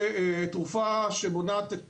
בתרופה שמונעת את